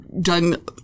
done